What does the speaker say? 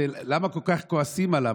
למה כל כך כועסים עליו?